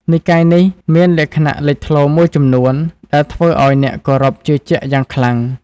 និកាយនេះមានលក្ខណៈលេចធ្លោមួយចំនួនដែលធ្វើឲ្យអ្នកគោរពជឿជាក់យ៉ាងខ្លាំង។